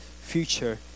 future